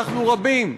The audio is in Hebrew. אנחנו רבים.